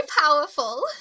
powerful